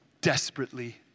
desperately